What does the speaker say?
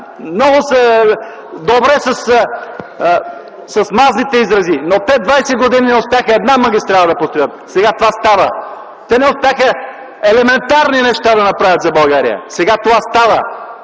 много добре с мазните изрази, но 20 години не успяха една магистрала да построят. Сега това става! Те не успяха елементарни неща да направят за България. Сега това става